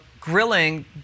grilling